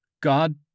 God